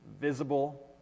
visible